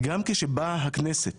גם כשבאה הכנסת